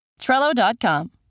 Trello.com